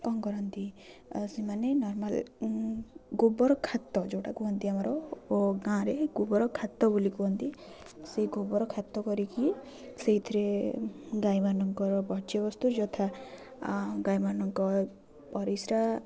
କରନ୍ତି ଆଉ ସେମାନେ ନର୍ମାଲ୍ ଗୋବର ଖାତ ଯେଉଁଟା କୁହନ୍ତି ଆମର ଗାଁରେ ଗୋବର ଖାତ ବୋଲି କୁହନ୍ତି ସେଇ ଗୋବର ଖାତ କରିକି ସେଇଥିରେ ଗାଈମାନଙ୍କର ବର୍ଜ୍ୟବସ୍ତୁ ଯଥା ଗାଈମାନଙ୍କ ପରିସ୍ରା